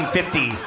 fifty